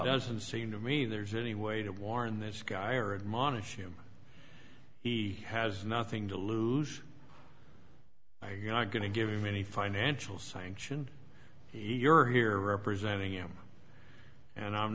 doesn't seem to me there's any way to warn this guy or admonish him he has nothing to lose by you not going to give him any financial sanction he you're here representing him and i'm